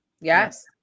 Yes